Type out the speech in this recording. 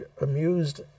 amused